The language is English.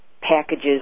Packages